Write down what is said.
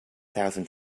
thousand